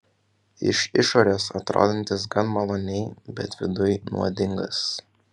iš išorės atrodantis gan maloniai bet viduj nuodingas